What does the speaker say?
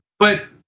but